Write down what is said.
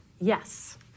yes